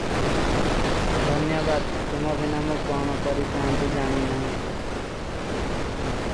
ଧନ୍ଯାବାଦ, ତୁମ୍ହା ବିନା ମୁଖ କହାନା କରୀତା ହାଂତୀ ଜାନୀ ନହୀଂ।